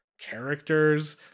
characters